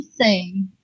say